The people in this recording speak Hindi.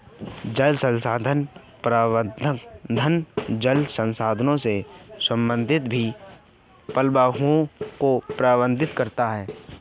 जल संसाधन प्रबंधन जल संसाधनों से संबंधित सभी पहलुओं को प्रबंधित करता है